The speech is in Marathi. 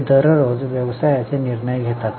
ते दररोज व्यवसायाचे निर्णय घेतात